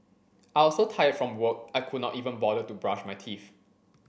I was so tired from work I could not even bother to brush my teeth